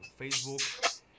Facebook